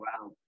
wow